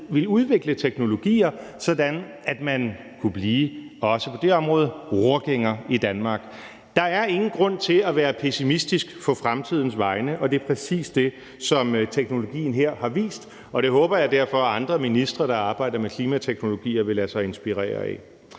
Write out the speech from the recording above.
ville udvikle teknologier, sådan at man – også på det område – kunne blive rorgænger i Danmark. Der er ingen grund til at være pessimistisk på fremtidens vegne, og det er præcis det, som teknologien her har vist, og det håber jeg derfor at andre ministre, der arbejder med klimateknologier, vil lade sig inspirere af.